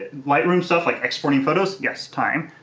lightroom stuff like exporting photos, yes, time.